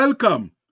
Welcome